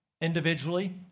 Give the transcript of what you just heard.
individually